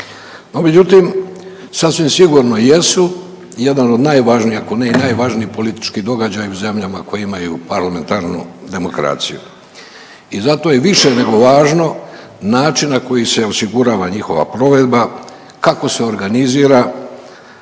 međutim sasvim sigurno jesu jedan od najvažnijih, ako ne i najvažniji politički događaj u zemljama koje imaju parlamentarnu demokraciju. I zato je više nego važno način na koji se osigurava njihova provedba, kako se organizira